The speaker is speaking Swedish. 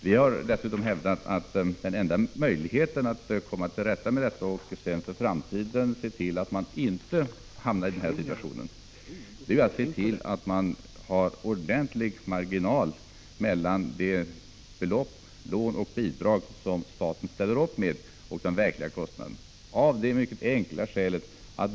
Vi hävdar dessutom att den enda möjligheten att komma till rätta med detta och inte i framtiden hamna i den här situationen, ärattse till att man har ordentlig marginal mellan det belopp i form av lån och bidrag som staten ställer upp med och den verkliga kostnaden.